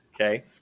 Okay